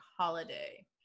holiday